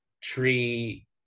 tree